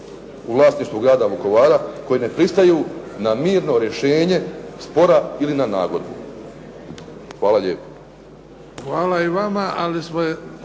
u vlasništvu grada Vukovara koji ne pristaju na mirno rješenje spora ili na nagodbu? Hvala lijepo.